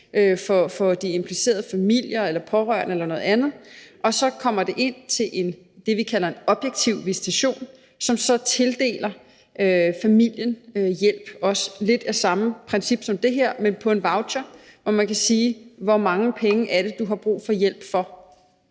for de implicerede familier eller pårørende eller noget andet, og så kommer det ind til det, vi kalder en objektiv visitation, som så tildeler familien hjælp, lidt efter samme princip som det her, men på en voucher, hvor man i forhold til den hjælp,